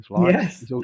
yes